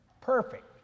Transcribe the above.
Perfect